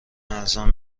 ارزان